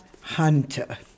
Hunter